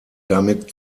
damit